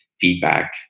feedback